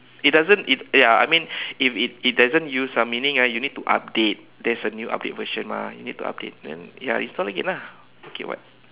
it doesn't it ya I mean if it it doesn't use ah meaning ah you need to update there's a new update version mah you need to update then instal lagi lah okay [what]